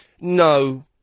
No